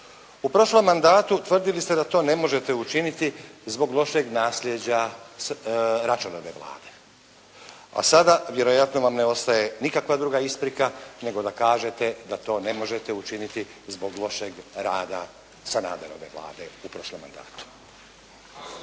U prošlom mandatu tvrdili ste da to ne možete učiniti zbog lošeg nasljeđa Račanove Vlade. A sada vjerojatno vam ne ostaje nikakva druga isprika nego da kažete da to ne možete učiniti zbog lošeg rada Sanaderove Vlade u prošlom mandatu.